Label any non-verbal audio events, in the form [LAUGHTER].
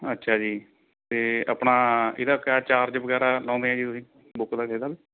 ਅੱਛਾ ਜੀ ਅਤੇ ਆਪਣਾ ਇਹਦਾ ਕਿਆ ਚਾਰਜ ਵਗੈਰਾ ਲਾਉਂਦੇ ਆ ਜੀ ਤੁਸੀਂ ਬੁੱਕ ਦਾ [UNINTELLIGIBLE]